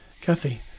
Kathy